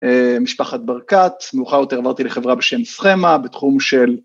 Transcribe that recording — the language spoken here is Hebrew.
משפחת ברקת, מאוחר יותר עברתי לחברה בשם סכמה, בתחום של...